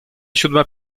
siódma